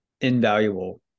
invaluable